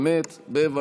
אין מתנגדים ואין נמנעים.